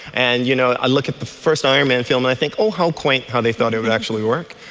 and you know i look at the first iron man film and i think, oh, how quaint how they thought it would actually work.